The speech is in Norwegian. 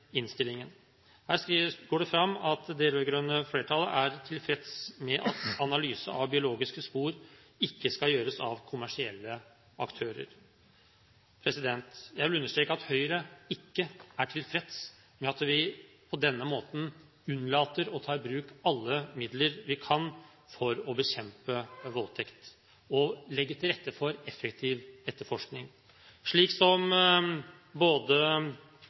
går det fram at det rød-grønne flertallet er tilfreds med at analyse av biologiske spor ikke skal gjøres av kommersielle aktører. Jeg vil understreke at Høyre ikke er tilfreds med at vi på denne måten unnlater å ta i bruk alle midler vi kan, for å bekjempe voldtekt og legge til rette for effektiv etterforskning, slik som både